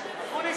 אקוניס,